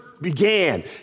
began